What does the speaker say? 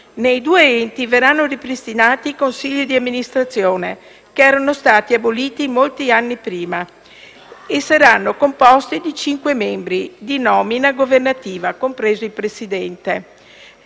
Nei due enti verranno ripristinati i consigli di amministrazione, che erano stati aboliti molti anni prima, e saranno composti di cinque membri di nomina governativa, compreso il presidente.